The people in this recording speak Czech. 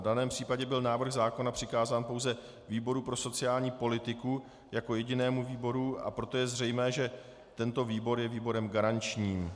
V daném případě byl návrh zákona přikázán pouze výboru pro sociální politiku jako jedinému výboru, a proto je zřejmé, že tento výbor je výborem garančním.